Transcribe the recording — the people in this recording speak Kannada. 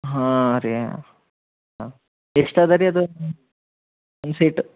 ಹಾಂ ರೀ ಹಾಂ ಎಷ್ಟು ಅದ ರೀ ಅದು ಒಂದು ಸೀಟ